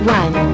one